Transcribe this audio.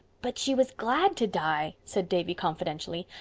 but she was glad to die, said davy confidentially.